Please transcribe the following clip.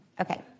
Okay